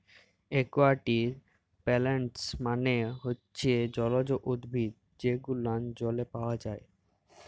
aquatic plants মালে হচ্যে জলজ উদ্ভিদ যে গুলান জলে পাওয়া যায়